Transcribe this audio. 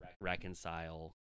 reconcile